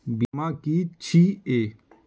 बीमा की छी ये?